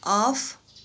off